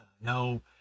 No